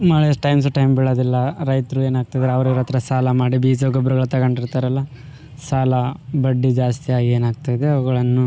ಮಳೆ ಟೈಮ್ ಸು ಟೈಮ್ ಬೀಳೋದಿಲ್ಲ ರೈತರು ಏನಾಗ್ತಿದ್ದಾರೆ ಅವರಿವ್ರ ಹತ್ತಿರ ಸಾಲ ಮಾಡಿ ಬೀಜ ಗೊಬ್ಬರಗಳ ತಗೊಂಡಿರ್ತಾರಲ್ಲ ಸಾಲ ಬಡ್ಡಿ ಜಾಸ್ತಿಯಾಗಿ ಏನಾಗ್ತಿದೆ ಅವುಗಳನ್ನು